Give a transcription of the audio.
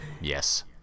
Yes